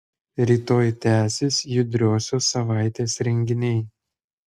rytoj tęsis judriosios savaitės renginiai